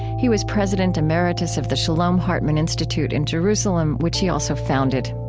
he was president emeritus of the shalom hartman institute in jerusalem, which he also founded.